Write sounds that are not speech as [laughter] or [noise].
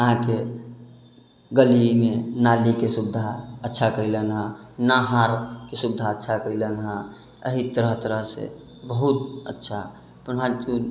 अहाँके गलीमे नालीके सुविधा अच्छा कयलनि हेँ नहरके सुविधा अच्छा कयलनि हेँ एहि तरह तरहसँ बहुत अच्छा [unintelligible]